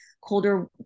colder